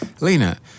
Lena